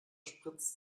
spritzt